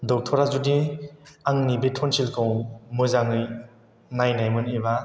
डक्टरा जुदि आंनि बे टन्सिलखौ मोजाङै नायनायमोन एबा